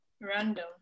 Random